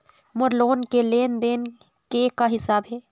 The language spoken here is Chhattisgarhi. मोर लोन के लेन देन के का हिसाब हे?